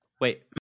Wait